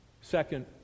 Second